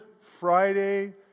Friday